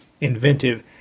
inventive